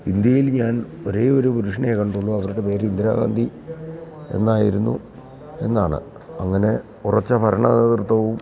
ഇൻഡ്യയിൽ ഞാൻ ഒരേ ഒരു പുരുഷനെയേ കണ്ടുള്ളു അവരുടെ പേര് ഇന്ദിരാഗാന്ധി എന്നായിരുന്നു എന്നാണ് അങ്ങനെ ഉറച്ച ഭരണ നേതൃത്വവും